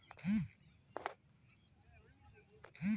मधुमक्खी पालक वह व्यक्ति होता है जो मधुमक्खियां रखता है